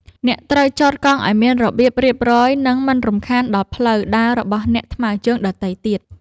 អ្នកត្រូវចតកង់ឱ្យមានរបៀបរៀបរយ និងមិនរំខានដល់ផ្លូវដើររបស់អ្នកថ្មើរជើងដទៃទៀត។